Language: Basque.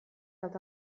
eta